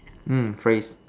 mm phrase